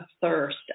thirst